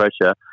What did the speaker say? pressure